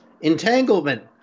entanglement